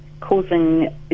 causing